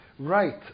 Right